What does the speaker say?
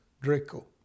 Draco